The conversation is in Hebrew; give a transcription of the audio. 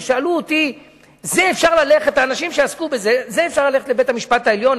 שאלו אותי האנשים שעסקו בזה: עם זה אפשר ללכת לבית-המשפט העליון,